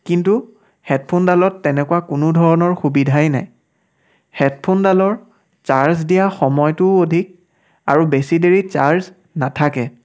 কিন্তু হেডফোনডালত তেনেকুৱা কোনো ধৰণৰ তেনেকুৱা সুবিধাই নাই হেডফোনডালৰ চাৰ্জ দিয়া সময়টোও অধিক আৰু বেছি দেৰি চাৰ্জ নাথাকে